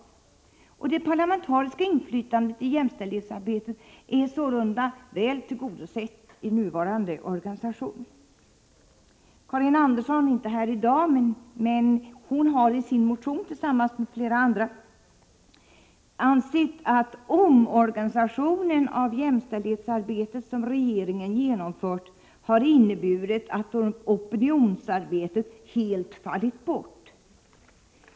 Kravet på parlamentariskt inflytande i jämställdhetsarbetet är sålunda väl tillgodosett i nuvarande organisation. Karin Andersson, som inte är här i kammaren i dag, anser i en motion som hon väckt tillsammans med flera andra centerpartister att den omorganisation av jämställdhetsarbetet som regeringen har genomfört har inneburit att opinionsarbetet helt har fallit bort.